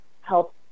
help